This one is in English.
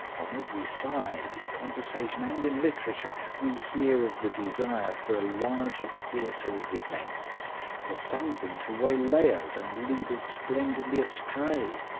on every side, in conversation and in literature, we hear of the desire for a larger theatre of events for something to waylay us and lead us splendidly astray.